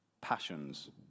passions